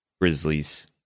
Grizzlies